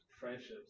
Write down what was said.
friendships